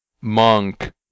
monk